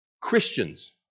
Christians